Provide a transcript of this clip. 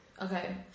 Okay